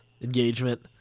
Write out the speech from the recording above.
engagement